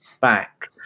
back